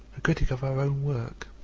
a critic of our own work.